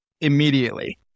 immediately